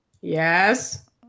Yes